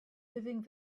living